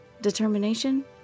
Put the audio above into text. Determination